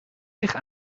zich